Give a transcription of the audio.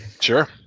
Sure